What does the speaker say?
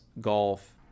golf